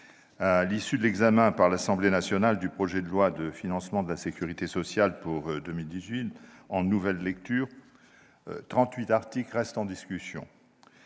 à l'issue de l'examen par l'Assemblée nationale du projet de loi de financement de la sécurité sociale pour 2018 en nouvelle lecture, 38 articles restent en discussion.